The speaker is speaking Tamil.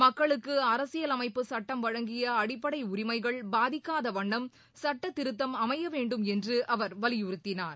மக்களுக்கு அரசியலமைப்புச் சுட்டம் வழங்கிய அடிப்படை உரிமைகள் பாதிக்கதாக வண்ணம் சட்டத் திருத்தம் அமைய வேண்டும் என்று அவர் வலியுறுத்தினார்